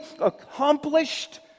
accomplished